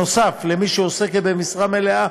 נוסף למי שמועסקת במשרה מלאה,